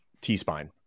T-spine